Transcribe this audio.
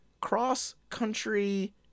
cross-country